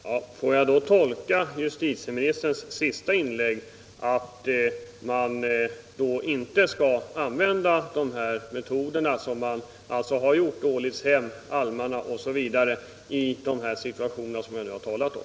Herr talman! Får jag då tolka justitieministerns senaste inlägg så att man inte skall använda de metoder som man använt i Ålidshem och när det gällde almarna, i de situationer som jag nu har talat om?